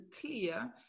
clear